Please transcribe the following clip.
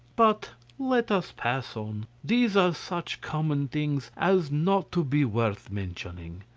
but let us pass on these are such common things as not to be worth mentioning.